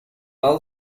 all